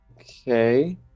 Okay